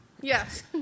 Yes